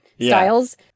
styles